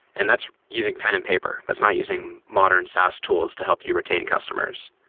and that's using pen and paper. that's not using modern saas tools to help you retain customers.